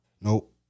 Nope